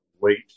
Wait